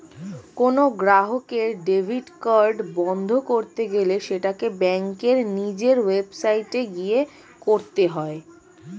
কোনো গ্রাহকের debit card বন্ধ করতে গেলে সেটাকে ব্যাঙ্কের নিজের ওয়েবসাইটে গিয়ে করতে হয়ে